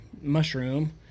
mushroom